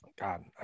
God